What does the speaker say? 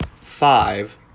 five